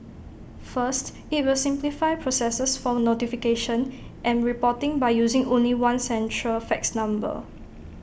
first IT will simplify processes for notification and reporting by using only one central fax number